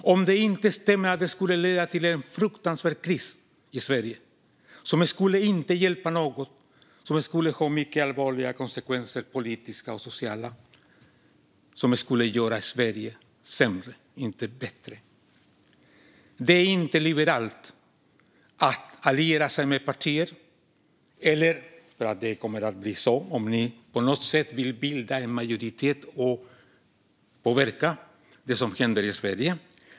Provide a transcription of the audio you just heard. Stämmer det inte att det skulle leda till en fruktansvärd kris i Sverige som inte skulle hjälpa någon och få mycket allvarliga politiska och sociala konsekvenser som skulle göra Sverige sämre och inte bättre? Det är inte liberalt att alliera sig med partier som vill ha sådant. Det skulle bli så om ni på något sätt vill bilda en majoritet och påverka det som händer i Sverige.